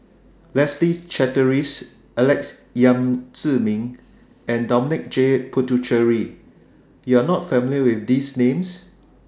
Leslie Charteris Alex Yam Ziming and Dominic J Puthucheary YOU Are not familiar with These Names